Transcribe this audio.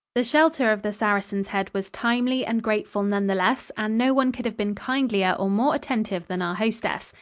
the shelter of the saracen's head was timely and grateful none the less, and no one could have been kindlier or more attentive than our hostess.